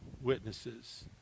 witnesses